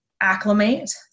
acclimate